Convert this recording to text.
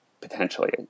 potentially